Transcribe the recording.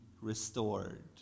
restored